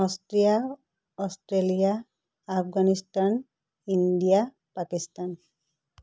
Austria Australia Afghanistan India Pakistan